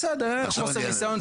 בסדר, חוסר ניסיון.